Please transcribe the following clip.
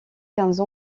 quinze